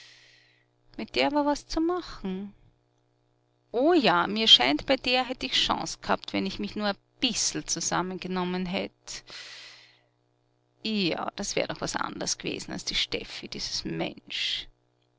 mit der war was zu machen o ja mir scheint bei der hätt ich chance gehabt wenn ich mich nur ein bissl zusammengenommen hätt ja das wär doch was anders gewesen als die steffi dieses mensch